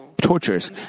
tortures